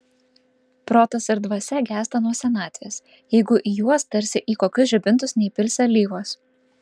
protas ir dvasia gęsta nuo senatvės jeigu į juos tarsi į kokius žibintus neįpilsi alyvos